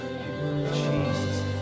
Jesus